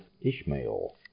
Ishmael